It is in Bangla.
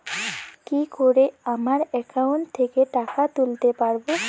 কি করে আমার একাউন্ট থেকে টাকা তুলতে পারব?